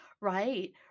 Right